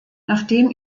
nachdem